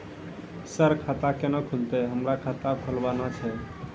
Sir खाता केना खुलतै, हमरा खाता खोलवाना छै?